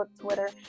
Twitter